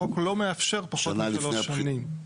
החוק לא מאפשר פחות משלוש שנים.